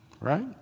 Right